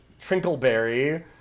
Trinkleberry